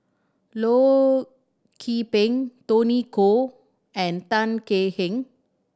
Loh Peng Tony Khoo and Tan Kek Hiang